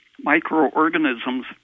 microorganisms